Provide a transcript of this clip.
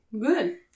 Good